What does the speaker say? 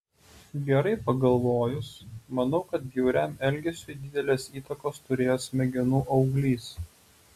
gerai pagalvojus manau kad bjauriam elgesiui didelės įtakos turėjo smegenų auglys